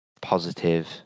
positive